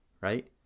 right